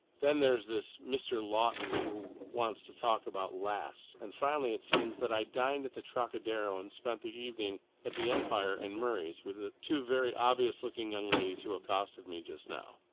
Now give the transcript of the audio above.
then there's this mr. lawton who wants to talk about lasts, and finally it seems that i dined at the trocadero and spent the evening at the empire and murray's with the two very obvious-looking young ladies who accosted me just now.